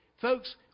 Folks